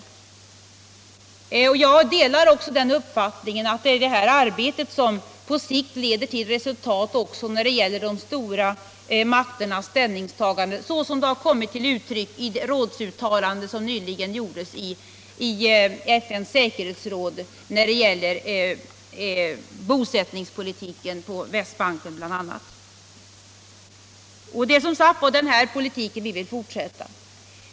Jag delar också den uppfattningen att det är detta arbete som på sikt leder till resultat också när det gäller de stora makternas ställningstagande, som det har kommit till uttryck i det rådsuttalande som nyligen gjordes i Förenta nationernas säkerhetsråd i fråga om bl.a. bosättningspolitiken på Västbanken. Det är som sagt den politiken vi vill fortsätta att driva.